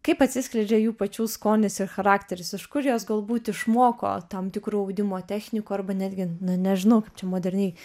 kaip atsiskleidžia jų pačių skonis ir charakteris iš kur jos galbūt išmoko tam tikrų audimo technikų arba netgi na nežinau kaip čia moderniai